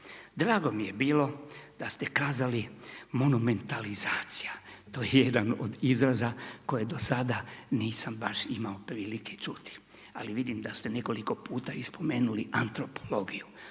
Drago mi je bilo da ste kazali monumentalizacija to je jedan od izraza koje do sada nisam imao baš prilike čuti, ali vidim da ste nekoliko puta i spomenuli antropologiju,